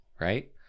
right